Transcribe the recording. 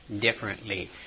differently